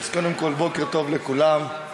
בוקר טוב לכולם.